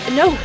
no